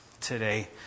today